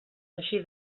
així